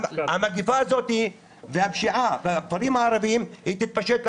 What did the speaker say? המגפה הזו והפשיעה בכפרים הערבים תתפשט גם